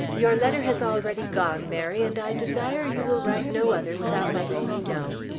your letter has already gone, mary and i desire you will write no other without letting me know.